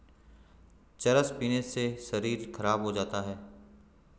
चरस पीने से शरीर खराब हो जाता है